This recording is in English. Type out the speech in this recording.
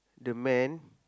the man